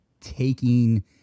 taking